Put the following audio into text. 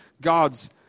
God's